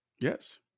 Yes